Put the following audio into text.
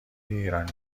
ایرانی